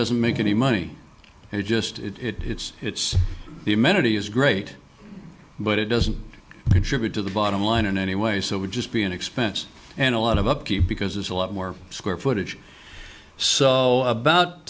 doesn't make any money and it just it it's it's the amenity is great but it doesn't contribute to the bottom line in any way so it would just be an expense and a lot of upkeep because it's a lot more square footage so about